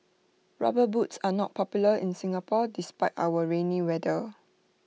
rubber boots are not popular in Singapore despite our rainy weather